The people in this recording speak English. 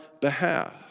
behalf